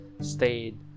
stayed